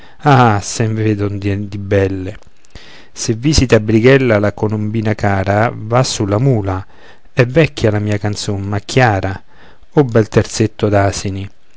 ah sen vedono di belle se visita brighella la colombina cara va sulla mula è vecchia la mia canzon ma chiara o bel terzetto